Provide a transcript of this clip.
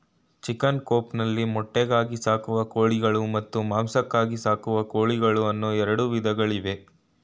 chicken coop ನಲ್ಲಿ ಮೊಟ್ಟೆಗಾಗಿ ಸಾಕುವ ಕೋಳಿಗಳು ಮತ್ತು ಮಾಂಸಕ್ಕಾಗಿ ಸಾಕುವ ಕೋಳಿಗಳು ಅನ್ನೂ ಎರಡು ವಿಧಗಳಿವೆ